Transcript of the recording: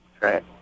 Right